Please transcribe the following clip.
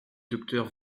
docteur